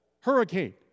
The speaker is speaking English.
hurricane